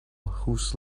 whose